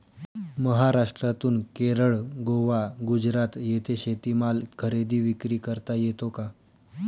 महाराष्ट्रातून केरळ, गोवा, गुजरात येथे शेतीमाल खरेदी विक्री करता येतो का?